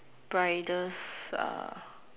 bridals uh